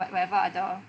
like whatever other